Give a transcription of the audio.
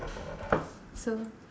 so